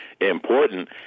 important